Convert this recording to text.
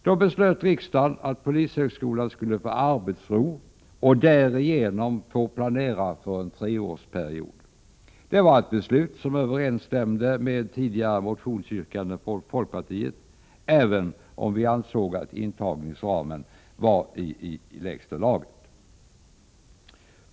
Då beslöt riksdagen att polishögskolan skulle få arbetsro och därigenom få planera för en treårsperiod. Det var ett beslut som överensstämde med ett tidigare motionsyrkande från folkpartiet, även om vi ansåg att intagningsramen var i minsta laget.